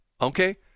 okay